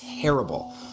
terrible